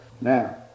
Now